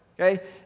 Okay